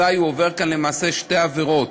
אזי הוא עבר כאן למעשה שתי עבירות: